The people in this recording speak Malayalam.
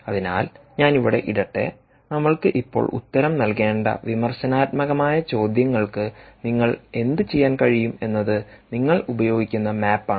അതിനാൽ ഞാൻ ഇവിടെ ഇടട്ടെ നമ്മൾക്ക് ഇപ്പോൾ ഉത്തരം നൽകേണ്ട വിമർശനാത്മകമായ ചോദ്യങ്ങൾക്ക് നിങ്ങൾ എന്തുചെയ്യാൻ കഴിയും എന്നത് നിങ്ങൾ ഉപയോഗിക്കുന്ന മാപ്പ് ആണ്